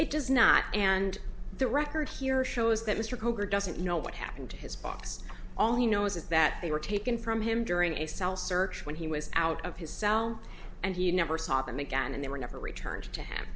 it does not and the record here shows that mr koger doesn't know what happened to his box all he knows is that they were taken from him during a cell search when he was out of his cell and he never saw them again and they were never returned to have